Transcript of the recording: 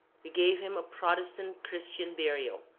we gave him a protestant christian burial,